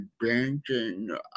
banking